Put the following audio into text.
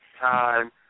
time